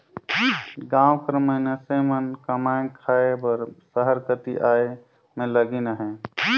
गाँव कर मइनसे मन कमाए खाए बर सहर कती आए में लगिन अहें